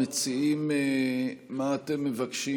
המציעים, מה אתם מבקשים?